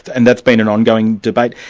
and that's been an ongoing debate.